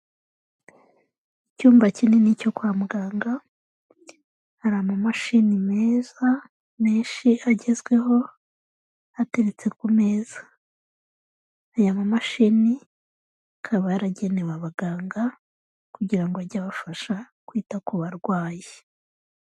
Icyumba kinini cyo kwa muganga, hari amamashini meza menshi agezweho, ateretse ku meza. Aya mamashini akaba yaragenewe abaganga kugira ngo ajye abafasha kwita ku barwayi.